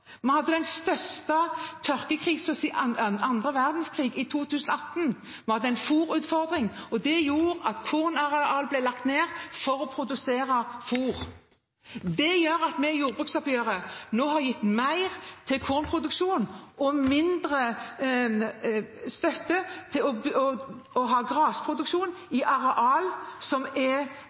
Vi hadde den største tørkekrisen siden annen verdenskrig i 2018 – det var en fôrutfordring, og det gjorde at kornareal ble lagt ned for å produsere fôr. Det gjør at vi i jordbruksoppgjøret nå har gitt mer til kornproduksjon og mindre støtte til grasproduksjon i arealer som er egnet til kornproduksjon, nettopp for å styre dette tilbake igjen. Men den krisen som